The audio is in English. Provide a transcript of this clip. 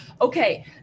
okay